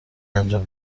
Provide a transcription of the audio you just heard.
انجام